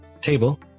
table